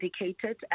indicated